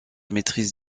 maîtrise